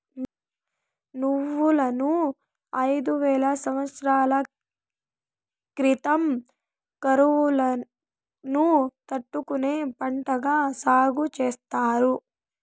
నువ్వులను ఐదు వేల సమత్సరాల క్రితం కరువును తట్టుకునే పంటగా సాగు చేసారు